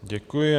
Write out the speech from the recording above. Děkuji.